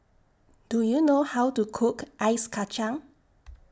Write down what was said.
Do YOU know How to Cook Ice Kacang